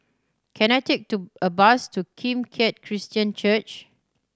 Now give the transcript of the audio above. can I take to a bus to Kim Keat Christian Church